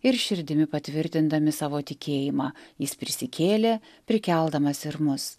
ir širdimi patvirtindami savo tikėjimą jis prisikėlė prikeldamas ir mus